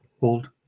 hold